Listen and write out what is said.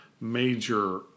major